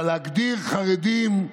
אבל להגדיר חרדים,